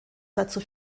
dazu